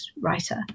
writer